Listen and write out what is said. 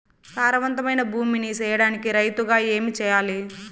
సారవంతమైన భూమి నీ సేయడానికి రైతుగా ఏమి చెయల్ల?